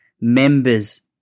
members